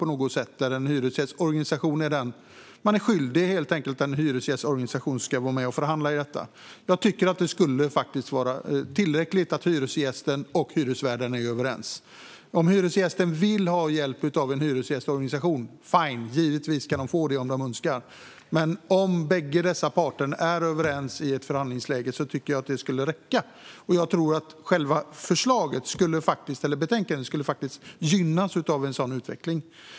Man är helt enkelt skyldig att ha en hyresgästorganisation som är med och förhandlar om detta. Jag tycker att det skulle vara tillräckligt att hyresgästen och hyresvärden är överens. Om hyresgästen vill ha hjälp av en hyresgästorganisation, fine, givetvis ska man få det om man önskar. Men om båda dessa parter är överens i ett förhandlingsläge tycker jag att det skulle räcka. Jag tror att betänkandet skulle gynnas av en sådan utveckling.